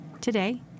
today